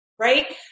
Right